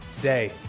day